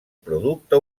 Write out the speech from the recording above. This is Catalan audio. producte